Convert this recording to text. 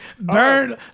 Burn